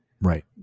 Right